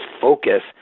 focus